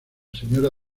señora